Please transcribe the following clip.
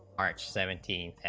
march seventeen,